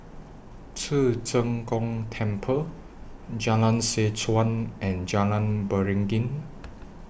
Ci Zheng Gong Temple Jalan Seh Chuan and Jalan Beringin